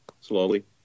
slowly